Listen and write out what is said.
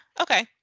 Okay